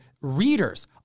readers